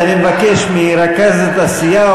ואני מבקש מרכזת הסיעה,